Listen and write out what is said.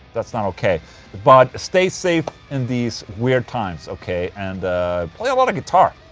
that's not ok but stay safe in these weird times, ok? and play a lot of guitar.